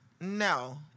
No